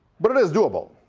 but it is doable.